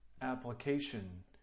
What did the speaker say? application